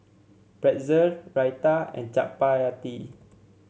Pretzel Raita and Chapati